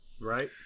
Right